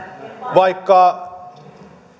vaikka